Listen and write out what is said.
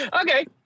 Okay